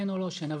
כן או לא, שנבין.